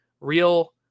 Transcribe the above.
Real